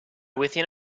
within